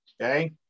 Okay